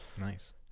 Nice